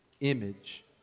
image